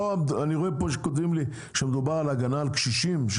אני רואה שכותבים לי שמדובר על הגנה על קשישים.